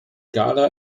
klara